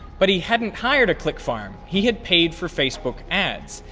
but he hadn't hired a click-farm, he had paid for facebook ads.